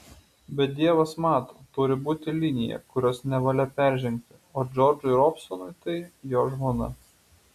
bet dievas mato turi būti linija kurios nevalia peržengti o džordžui robsonui tai jo žmona